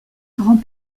grand